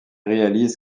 réalise